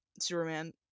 Superman